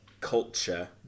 culture